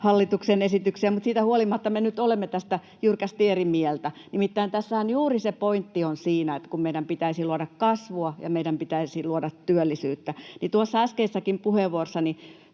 hallituksen esityksiä, mutta siitä huolimatta me nyt olemme tästä jyrkästi eri mieltä. Nimittäin tässähän juuri se pointti on siinä, että meidän pitäisi luoda kasvua ja meidän pitäisi luoda työllisyyttä. Kuten tuossa äskeisessä puheenvuorossani